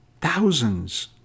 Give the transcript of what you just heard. thousands